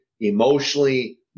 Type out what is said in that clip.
emotionally